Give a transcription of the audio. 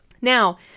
Now